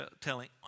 telling